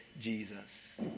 Jesus